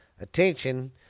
attention